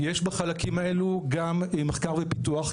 יש בחלקים האלו גם מחקר ופיתוח,